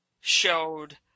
showed